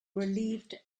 relieved